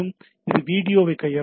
இது வீடியோவைக் கையாள முடியும்